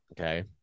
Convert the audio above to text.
Okay